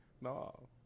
No